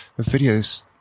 videos